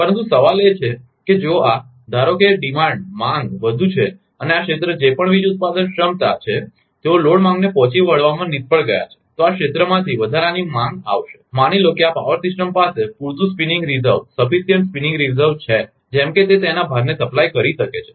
પરંતુ સવાલ એ છે કે જો આ ધારો કે આ માંગ વધુ છે અને આ ક્ષેત્ર જે પણ વીજ ઉત્પાદન ક્ષમતા છે તેઓ લોડ માંગને પહોંચી વળવામાં નિષ્ફળ ગયા છે તો આ ક્ષેત્રમાંથી વધારાની માંગ આવશે માની લઇએ કે આ પાવર સિસ્ટમ પાસે પૂરતુ સ્પિનીંગ રિઝર્વ છે જેમ કે તે તેના ભારને સપ્લાય કરી શકે છે